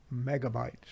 megabytes